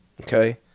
Okay